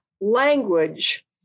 language